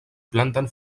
plantan